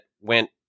went